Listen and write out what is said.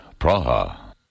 Praha